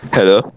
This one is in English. Hello